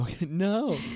no